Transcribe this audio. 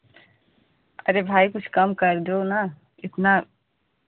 अरे भाई कुछ कम कर दो ना इतना